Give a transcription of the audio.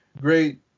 great